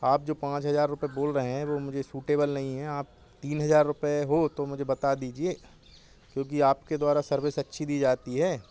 आप जो पाँच हज़ार रुपये बोल रहे हैं वह मुझे सूटेबल नहीं है आप तीन हज़ार रुपये हो तो मुझे बता दीजिए क्योंकि आपके द्वारा सर्विस अच्छी दी जाती है